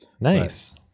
Nice